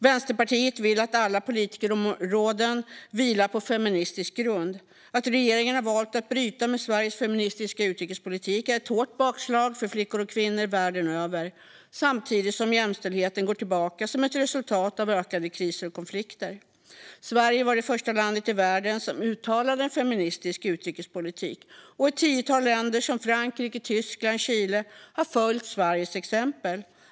Vänsterpartiet vill att alla politikområden ska vila på en feministisk grund. Att regeringen har valt att bryta med Sveriges feministiska utrikespolitik är ett hårt bakslag för flickor och kvinnor världen över, samtidigt som jämställdheten går tillbaka som ett resultat av ökade kriser och konflikter. Sverige var det första landet i världen som uttalade en feministisk utrikespolitik. Ett tiotal länder, till exempel Frankrike, Tyskland och Chile, har följt Sveriges exempel.